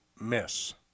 miss